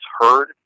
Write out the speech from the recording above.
heard